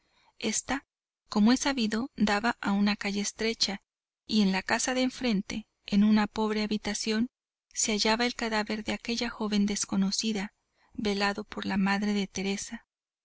ésta como es sabido daba a una calle estrecha y en la casa de enfrente en una pobre habitación se hallaba el cadáver de aquella joven desconocida velado por la madre de teresa